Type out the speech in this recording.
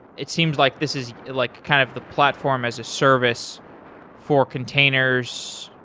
it seems like this is like kind of the platform as a service for containers.